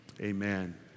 Amen